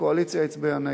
הקואליציה הצביעה נגד.